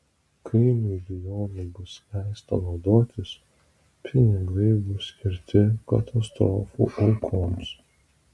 kai milijonu bus leista naudotis pinigai bus skirti katastrofų aukoms